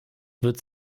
wird